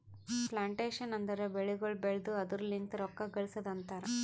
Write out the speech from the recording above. plantation ಅಂದುರ್ ಬೆಳಿಗೊಳ್ ಬೆಳ್ದು ಅದುರ್ ಲಿಂತ್ ರೊಕ್ಕ ಗಳಸದ್ ಅಂತರ್